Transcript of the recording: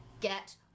get